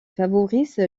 favorise